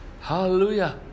Hallelujah